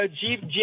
Jeep